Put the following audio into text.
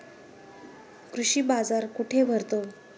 कृषी बाजार कुठे भरतो?